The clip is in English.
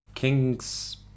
King's